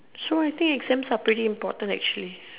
so I think exams are pretty important actually